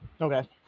Okay